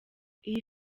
iyi